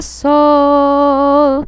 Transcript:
soul